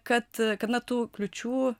kad gana tų kliūčių